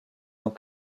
dans